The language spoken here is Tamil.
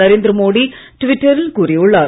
நரேந்திர மோடி ட்விட்டரில் கூறியுள்ளார்